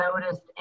noticed